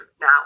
now